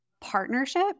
partnership